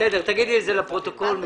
תגידי לפרוטוקול.